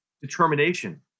determination